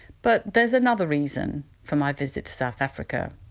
but there's another reason for my visit to south africa.